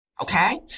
okay